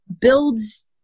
builds